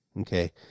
okay